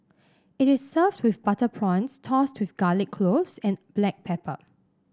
it is served with butter prawns tossed with garlic cloves and black pepper